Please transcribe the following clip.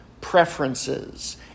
preferences